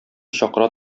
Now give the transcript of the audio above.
чакыра